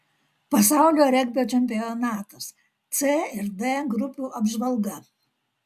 pasaulio regbio čempionatas c ir d grupių apžvalga